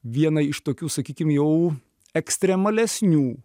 vieną iš tokių sakykim jau ekstremalesnių